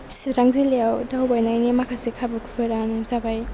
चिरां जिल्लायाव दावबायनायनि माखासे खाबुफोरनो जाबाय